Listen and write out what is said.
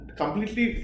completely